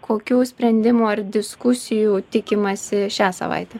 kokių sprendimų ar diskusijų tikimasi šią savaitę